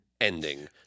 ending